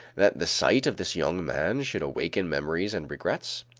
that the sight of this young man should awaken memories and regrets?